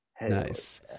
Nice